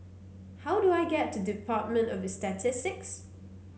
how do I get to Department of Statistics